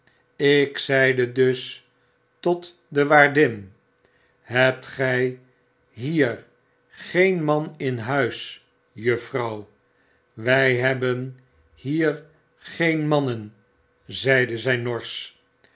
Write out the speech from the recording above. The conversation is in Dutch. ik zeide dus tot'de waardin hebt gij hier geen man in huis juffrouw wij hemen hier geen mannen zeide ztj norsqh